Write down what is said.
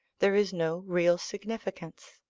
there is no real significance.